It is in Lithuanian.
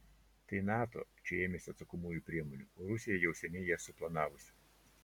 tai nato čia ėmėsi atsakomųjų priemonių o rusija jau seniai jas suplanavusi